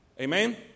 Amen